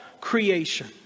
creation